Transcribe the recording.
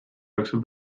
jooksul